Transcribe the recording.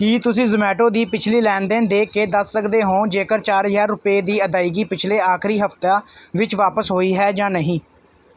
ਕੀ ਤੁਸੀਂਂ ਜ਼ੋਮੈਟੋ ਦੀ ਪਿਛਲੀ ਲੈਣ ਦੇਣ ਦੇਖ ਕੇ ਦੱਸ ਸਕਦੇ ਹੋ ਜੇਕਰ ਚਾਰ ਹਜ਼ਾਰ ਰੁਪਏ ਦੀ ਅਦਾਇਗੀ ਪਿਛਲੇ ਆਖਰੀ ਹਫ਼ਤਾ ਵਿੱਚ ਵਾਪਸ ਹੋਈ ਹੈ ਜਾਂ ਨਹੀਂ